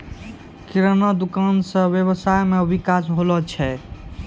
किराना दुकान से वेवसाय मे विकास होलो छै